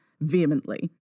vehemently